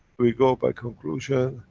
we go by conclusion,